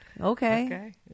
okay